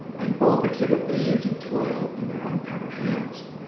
and both exhibit age and toil in their uncovered hands.